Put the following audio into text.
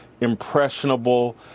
impressionable